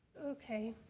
okay,